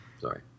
sorry